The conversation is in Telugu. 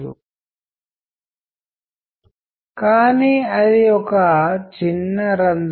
బాహ్య విషయాలు - భాష గురించి ఇది అది ఒక అడ్డంకి మీకు భాష తెలియదు